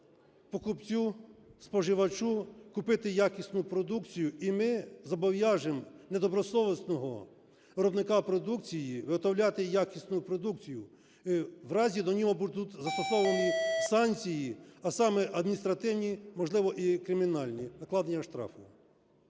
покупцю, споживачу купити якісну продукцію. І ми зобов'яжемо недобросовісного виробника продукції виготовляти якісну продукцію. В разі до нього будуть застосовані санкції, а саме адміністративні, можливо, і кримінальні – накладення штрафу.